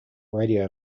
radio